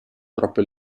troppo